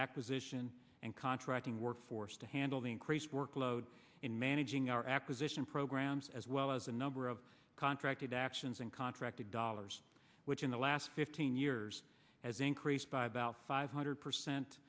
acquisition and contracting workforce to handle the increased workload in managing our acquisition programs as well as a number of contracted actions and contracted dollars which in the last fifteen years has increased by about five hundred percent